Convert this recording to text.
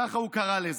ככה הוא קרא לזה.